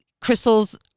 crystals